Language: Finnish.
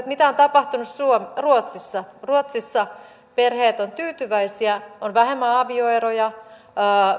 mitä on tapahtunut ruotsissa ruotsissa perheet ovat tyytyväisiä on vähemmän avioeroja